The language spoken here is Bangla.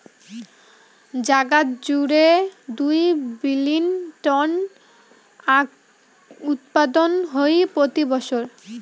জাগাত জুড়ে দুই বিলীন টন আখউৎপাদন হই প্রতি বছর